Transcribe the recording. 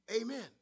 Amen